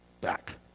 Back